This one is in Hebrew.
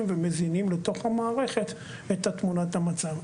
ומזינים לתוך המערכת את תמונת המצב.